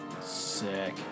Sick